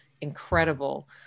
incredible